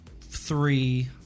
three